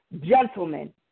Gentlemen